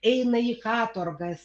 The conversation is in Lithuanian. eina į katorgas